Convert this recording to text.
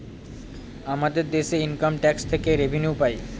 আমাদের দেশে income tax থেকে রেভিনিউ পাই